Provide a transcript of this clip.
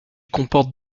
comporte